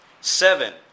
Seven